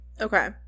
Okay